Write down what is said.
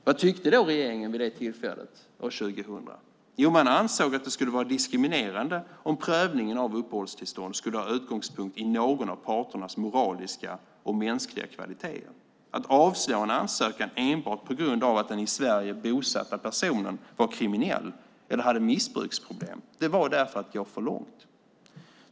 Vad tyckte då regeringen vid det tillfället, alltså 2000? Jo, man ansåg att det skulle vara diskriminerande om prövningen av uppehållstillstånd skulle ha utgångspunkt i någon av parternas moraliska och mänskliga kvaliteter. Att avslå en ansökan enbart på grund av att den i Sverige bosatta personen var kriminell eller hade missbruksproblem var därför att gå för långt.